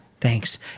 Thanks